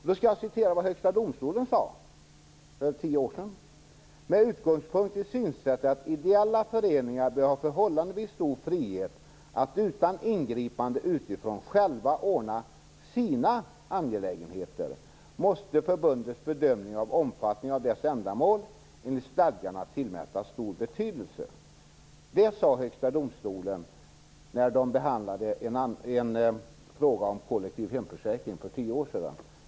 Jag skall citera vad Högsta domstolen sade för tio år sedan: "Med utgångspunkt i synsättet att ideella föreningar bör ha förhållandevis stor frihet att utan ingripande utifrån själva ordna sina angelägenheter, måste förbundets bedömning av omfattningen av dess ändamål enligt stadgarna tillmätas stor betydelse." Så sade Högsta domstolen när den behandlade en fråga om kollektiv hemförsäkring för tio år sedan.